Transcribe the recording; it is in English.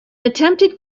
attempted